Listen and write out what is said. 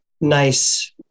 nice